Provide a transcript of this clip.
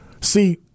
See